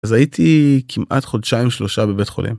אז הייתי כמעט חודשיים שלושה בבית חולים.